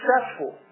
successful